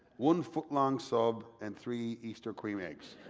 one foot-long sub, and three easter cream eggs.